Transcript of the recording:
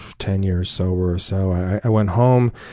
ten years sober or so. i went home,